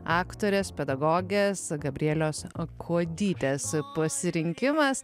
aktorės pedagogės gabrielės kuodytės pasirinkimas